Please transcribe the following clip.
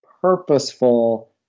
purposeful